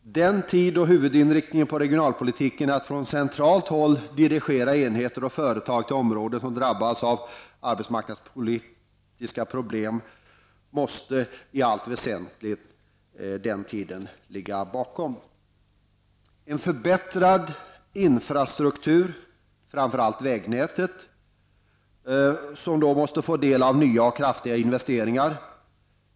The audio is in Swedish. Den tid då huvudinriktningen på regionalpolitiken var att från centralt håll dirigera enheter och företag till områden som drabbats av arbetsmarknadspolitiska problem måste nu i allt väsentligt ligga bakom oss. En förbättrad infrastruktur, framför allt ett bättre vägnät, måste få del av nya och kraftiga investeringar.